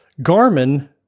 Garmin